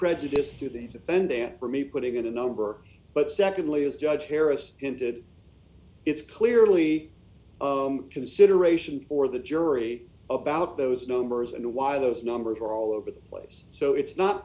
me putting in a number d but secondly as judge harris hinted it's clearly of consideration for the jury about those numbers and why those numbers are all over the place so it's not